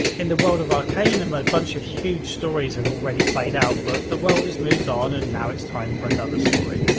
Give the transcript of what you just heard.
in the world of arcanum, a bunch of huge stories have already played out but the world has moved on and now it's time for another story.